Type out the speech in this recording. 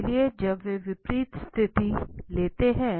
इसलिए जब वे विपरीत स्थिति लेते हैं